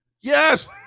Yes